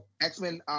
X-Men